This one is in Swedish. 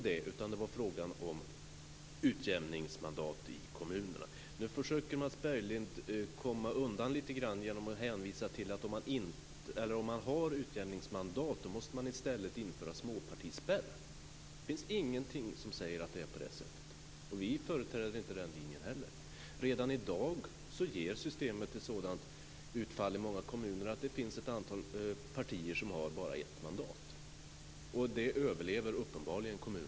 Beträffande utjämningsmandat i kommunerna försöker Mats Berglind att komma undan genom att hänvisa till att man, om man har utjämningsmandat, måste införa småpartispärr. Det finns ingenting som säger att det är på det sättet. Vi företräder inte heller den linjen. Redan i dag ger systemet ett sådant utfall i många kommuner att det finns ett antal partier som bara har ett mandat, och det överlever uppenbarligen kommunerna.